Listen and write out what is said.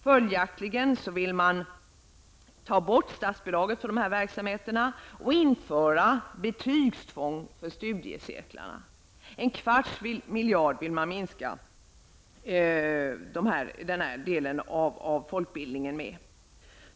Följaktligen vill man ta bort statsbidraget för de här verksamheterna och införa betygstvång för studiecirklarna. En kvarts miljard vill man minska den här delen av folkbildningen med.